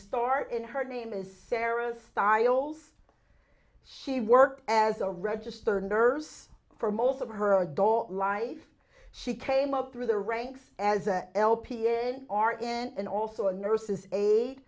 start in her name is sarah stiles she worked as a registered nurse for most of her adult life she came up through the ranks as an lpn r and also a nurse's aid